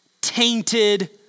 tainted